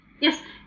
yes